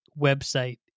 website